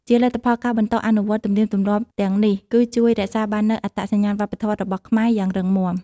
ជាលទ្ធផល ការបន្តអនុវត្តទំនៀមទម្លាប់ទាំងនេះ គឺជួយ រក្សាបាននូវអត្តសញ្ញាណវប្បធម៌របស់ខ្មែរ យ៉ាងរឹងមាំ។